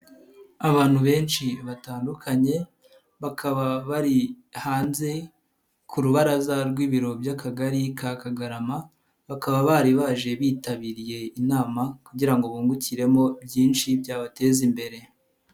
Abantu benshi batandukanye bakaba bari hanze ku rubaraza rw'ibiro by'a akagari ka Kagarama, bakaba bari baje bitabiriye inama kugira ngo bungukiremo byinshi byabateza imbere.